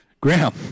Graham